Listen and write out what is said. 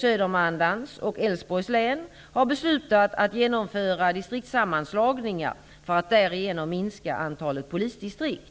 Södermanlands och Älvsborgs län, har beslutat att genomföra distriktssammanslagningar för att därigenom minska antalet polisdistrikt.